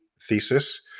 thesis